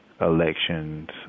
elections